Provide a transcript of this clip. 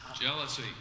Jealousy